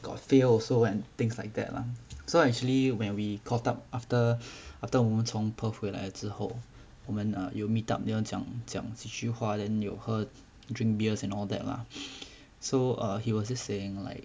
got fail also and things like that lah so actually when we caught up after after 我们从 perth 回来之后我们 err 有 meet up then 讲讲几句话 then 有喝 drink beers and all that lah so err he was just saying like